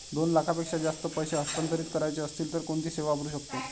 दोन लाखांपेक्षा जास्त पैसे हस्तांतरित करायचे असतील तर कोणती सेवा वापरू शकतो?